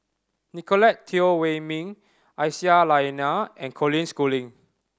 Nicolette Teo Wei Min Aisyah Lyana and Colin Schooling